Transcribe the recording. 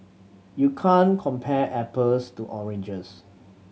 you can't compare apples to oranges